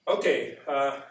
Okay